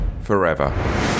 forever